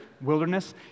wilderness